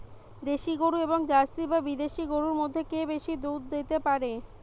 দেশী গরু এবং জার্সি বা বিদেশি গরু মধ্যে কে বেশি দুধ দিতে পারে?